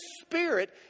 Spirit